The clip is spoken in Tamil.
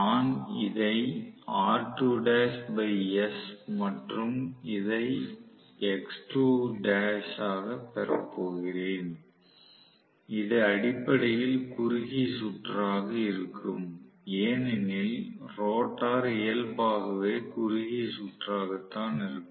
நான் இதை R2l s மற்றும் இதை X2l ஆகப் பெறப் போகிறேன் இது அடிப்படையில் குறுகிய சுற்றாக இருக்கும் ஏனெனில் ரோட்டார் இயல்பாகவே குறுகிய சுற்றாகத்தான் இருக்கும்